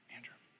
Andrew